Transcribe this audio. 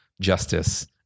justice